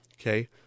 Okay